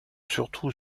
surtout